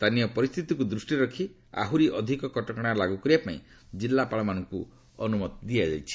ସ୍ଥାନୀୟ ପରିସ୍ଥିତିକୁ ଦୃଷ୍ଟିରେ ରଖି ଆହୁରି ଅଧିକ କଟକଣା ଲାଗୁ କରିବାପାଇଁ ଜିଲ୍ଲାପାଳମାନଙ୍କୁ ଅନୁମତି ଦିଆଯାଇଛି